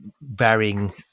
varying